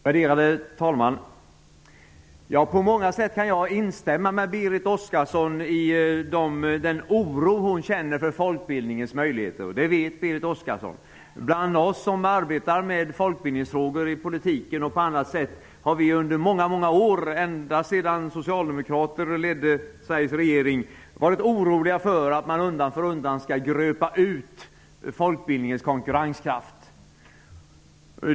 Värderade talman! I många avseenden kan jag instämma med Berit Oscarsson i den oro som hon känner för folkbildningens möjligheter. Det vet Berit Oscarsson. Vi som arbetar med folkbildningsfrågor i politiken och på annat sätt har under många år, ända sedan socialdemokrater ledde regering, varit oroliga för att man undan för undan skall urgröpa folkbildningens konkurrenskraft.